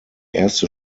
erste